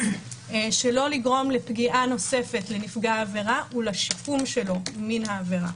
שלא לגרום לפגיעה נוספת בנפגע העבירה ולשיקום שלו מן העבירה.